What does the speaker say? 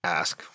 ask